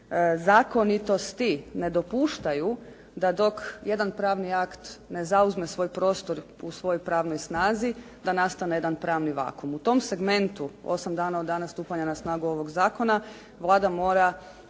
zakonitosti ne dopuštaju da dok jedan pravni akt ne zauzme svoj prostor u svojoj pravnoj snazi da nastane jedan pravni vakuum. U tom segmentu 8 dana od dana stupanja na snagu ovog zakona Vlada mora